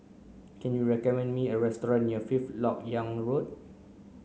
can you recommend me a restaurant near Fifth Lok Yang Road